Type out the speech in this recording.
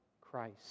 Christ